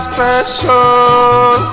Special